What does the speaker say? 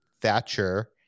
Thatcher